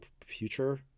future